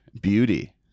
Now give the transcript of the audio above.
beauty